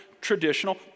traditional